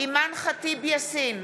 אימאן ח'טיב יאסין,